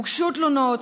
הוגשו תלונות,